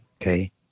okay